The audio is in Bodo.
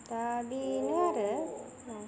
दा बेनो आरो अ